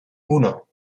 uno